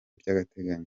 by’agateganyo